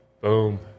Boom